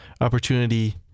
opportunity